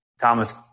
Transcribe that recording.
Thomas –